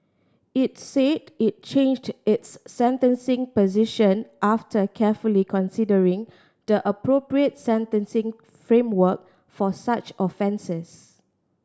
it said it changed its sentencing position after carefully considering the appropriate sentencing framework for such offences